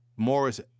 Morris